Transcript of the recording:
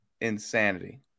Insanity